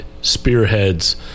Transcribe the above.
spearheads